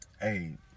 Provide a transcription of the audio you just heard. hey